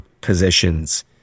positions